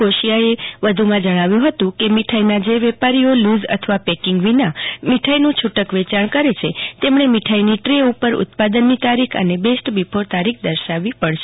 કોશિયાએ વધુ માં જણાવ્યુ હકુ કે મીઠાઈના જે વેપારીઓ લુઝ અથવા પેકિંગ વિના મીઠાઈનું છુટક વેયાણ કરે છે તેમણે મીઠાઈની દ્રે ઉપર ઉત્પાદનની તારીખ અને બેસ્ટ બિફોર તારીખ દર્શાવવી પડશે